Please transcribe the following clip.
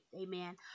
amen